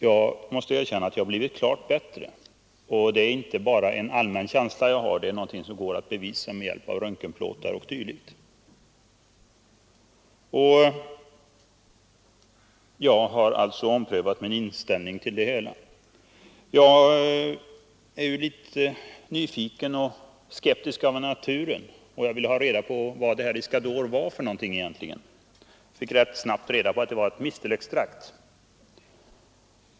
Jag måste erkänna att jag blivit klart bättre. Det är inte bara en allmän känsla, utan det är något som går att bevisa med hjälp av röntgenplåtar och dylikt. Jag har alltså omprövat min inställning till det hela. Jag är litet nyfiken och skeptisk av naturen, och jag ville ha reda på vad Iscador egentligen är. Ganska snabbt fick jag reda på att det är ett mistelextrakt.